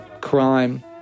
crime